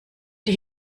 die